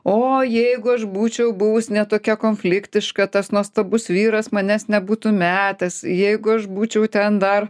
o jeigu aš būčiau buvus ne tokia konfliktiška tas nuostabus vyras manęs nebūtų metęs jeigu aš būčiau ten dar